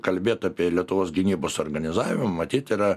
kalbėt apie lietuvos gynybos organizavimą yra